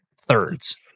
thirds